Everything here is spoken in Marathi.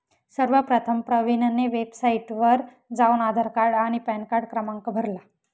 सर्वप्रथम प्रवीणने वेबसाइटवर जाऊन आधार कार्ड आणि पॅनकार्ड क्रमांक भरला